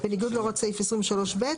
אנחנו עשינו התאמה לסעיף הנורמטיבי עצמו של 5(ב).